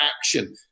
action